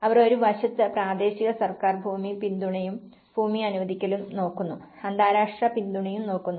അവർ ഒരു വശത്ത് പ്രാദേശിക സർക്കാർ ഭൂമി പിന്തുണയും ഭൂമി അനുവദിക്കലും നോക്കുന്നു അന്താരാഷ്ട്ര പിന്തുണയും നോക്കുന്നു